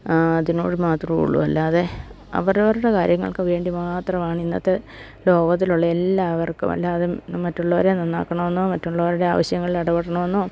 അതിനോട് മാത്രമേ ഉള്ളൂ അല്ലാതെ അവരവരുടെ കാര്യങ്ങൾക്ക് വേണ്ടി മാത്രമാണ് ഇന്നത്തെ ലോകത്തിലുള്ള എല്ലാവർക്കും അല്ലാതെ മറ്റുള്ളവരെ നന്നാക്കണമെന്നോ മറ്റുള്ളവരുടെ ആവശ്യങ്ങളിൽ ഇടപെടണമെന്നോ